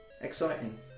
Exciting